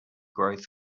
growth